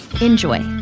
Enjoy